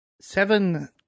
Seven